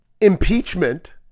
Impeachment